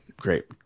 great